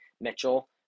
Mitchell